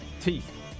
teeth